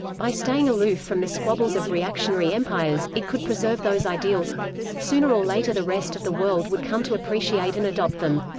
by staying aloof from the squabbles of reactionary empires, it could preserve those ideals sooner or later the rest of the world would come to appreciate and adopt them.